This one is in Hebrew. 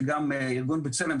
שארגון בצלם,